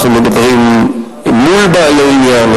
אנחנו מדברים מול בעלי עניין,